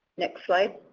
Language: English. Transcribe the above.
next slide.